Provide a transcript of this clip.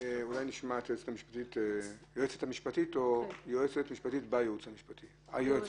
לתקן את הצו הארצי כך שיופיע בו חוק העזר הנוכחי.